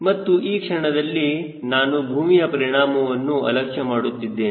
ಮತ್ತು ಈ ಕ್ಷಣದಲ್ಲಿ ನಾನು ಭೂಮಿಯ ಪರಿಣಾಮವನ್ನು ಅಲಕ್ಷ್ಯ ಮಾಡುತ್ತಿದ್ದೇನೆ